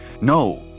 no